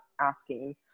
asking